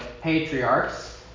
Patriarchs